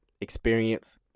experience